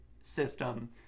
system